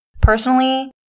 Personally